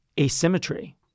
asymmetry